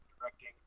directing